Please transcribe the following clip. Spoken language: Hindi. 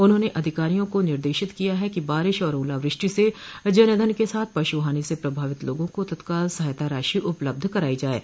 उन्होंने अधिकारियों को निर्देशित किया है कि बारिश और ओलावृष्टि से जन धन के साथ पशु हानि से प्रभावित लोगों को तत्काल सहायता राशि उलपब्ध कराई जाये